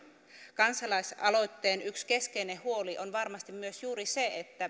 kansalaisaloitteen yksi keskeinen huoli on varmasti myös juuri se